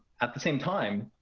at the same time,